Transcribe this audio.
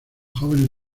jóvenes